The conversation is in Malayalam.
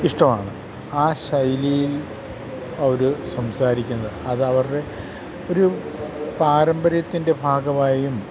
ഇഷ്ടമാണ് ആ ശൈലിയിൽ അവർ സംസാരിക്കുന്നത് അത് അവരുടെ ഒരു പാരമ്പര്യത്തിൻ്റെ ഭാഗമായും